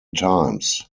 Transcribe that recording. times